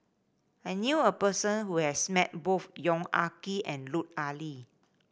I knew a person who has met both Yong Ah Kee and Lut Ali